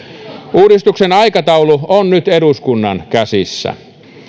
uudistuksen aikataulu on nyt eduskunnan käsissä